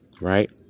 Right